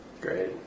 Great